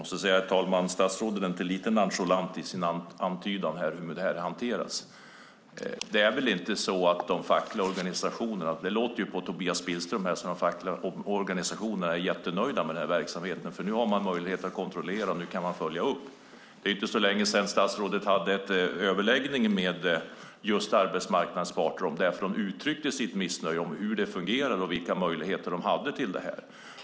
Herr talman! Statsrådet är inte lite nonchalant i sin antydan om hur det här hanteras. Det låter på Tobias Billström som att de fackliga organisationerna är jättenöjda med den här verksamheten eftersom de nu har möjlighet att kontrollera och kan följa upp. Det var inte så länge sedan statsrådet hade överläggningar med arbetsmarknadens parter där de uttryckte sitt missnöje över hur det fungerar och vilka möjligheter de har.